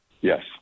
yes